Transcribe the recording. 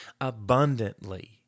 abundantly